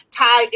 tie